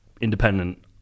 independent